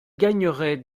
gagnerait